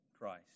Christ